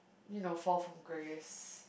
you know fall from grace